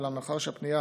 אולם מאחר שהפנייה